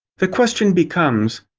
the question becomes,